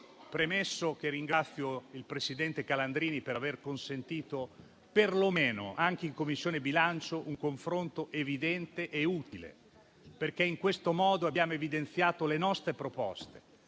Presidente, ringrazio il presidente Calandrini per aver consentito, per lo meno in Commissione bilancio, un confronto evidente e utile. In questo modo, abbiamo evidenziato le nostre proposte,